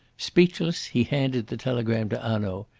speechless, he handed the telegram to hanaud.